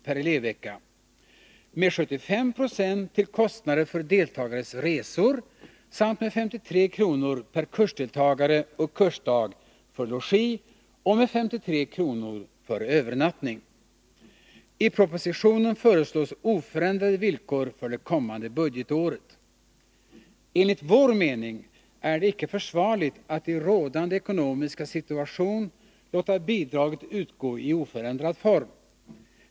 per elevvecka, med 75 9 till kostnader för deltagares resor samt med 53 kr. per kursdeltagare och kursdag för logi och med 53 kr. för övernattning. I propositionen föreslås oförändrade villkor för det kommande budgetåret. Enligt vår mening är det icke försvarligt att i rådande ekonomiska situation låta bidraget utgå i oförändrad form.